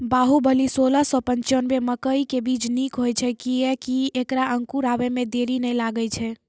बाहुबली सोलह सौ पिच्छान्यबे मकई के बीज निक होई छै किये की ऐकरा अंकुर आबै मे देरी नैय लागै छै?